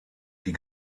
die